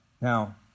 now